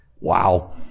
Wow